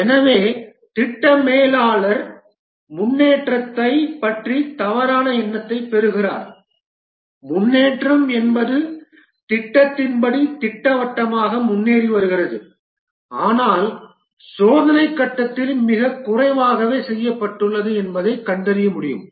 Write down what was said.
எனவே திட்ட மேலாளர் முன்னேற்றத்தைப் பற்றிய தவறான எண்ணத்தைப் பெறுகிறார் முன்னேற்றம் என்பது திட்டத்தின் படி திட்டவட்டமாக முன்னேறி வருகிறது ஆனால் சோதனைக் கட்டத்தில் மிகக் குறைவாகவே செய்யப்பட்டுள்ளது என்பதைக் கண்டறியும்